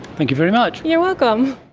thank you very much. you're welcome.